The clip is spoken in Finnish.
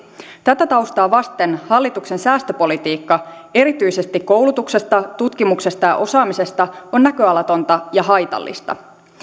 tätä taustaa vasten hallituksen säästöpolitiikka erityisesti koulutuksesta tutkimuksesta ja osaamisesta on näköalatonta ja haitallista